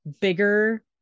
bigger